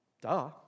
Duh